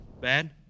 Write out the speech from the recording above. Bad